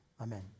Amen